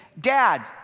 Dad